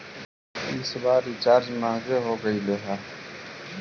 इस बार रिचार्ज महंगे हो गेलई हे